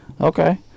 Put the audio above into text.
okay